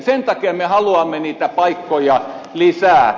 sen takia me haluamme niitä paikkoja lisää